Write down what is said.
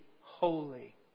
Holy